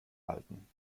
halten